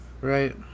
right